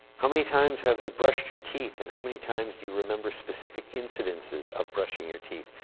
how many times have you brushed your teeth and how many times do you remember specific instances of brushing your teeth?